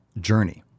journey